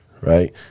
right